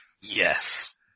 Yes